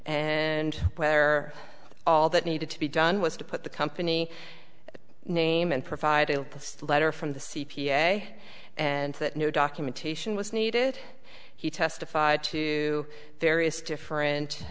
and where all that needed to be done was to put the company name and provide a list letter from the c p a and that new documentation was needed he testified to various different